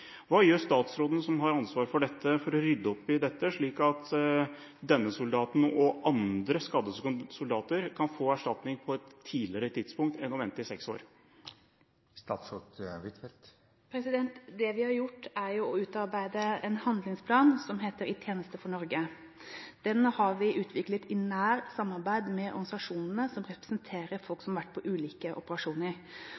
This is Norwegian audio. Hva gjør statsråden som har ansvar for dette for å rydde opp, slik at denne soldaten og andre skadde soldater kan få erstatning på et tidligere tidspunkt og ikke måtte vente i seks år? Det vi har gjort, er å utarbeide en handlingsplan som heter «I tjeneste for Norge». Den har vi utarbeidet i nært samarbeid med organisasjonene som representerer folk